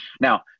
Now